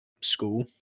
school